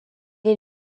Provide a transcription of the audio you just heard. est